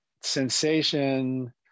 sensation